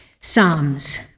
Psalms